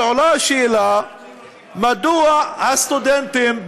אבל עולה השאלה מדוע הסטודנטים,